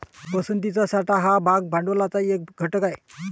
पसंतीचा साठा हा भाग भांडवलाचा एक घटक आहे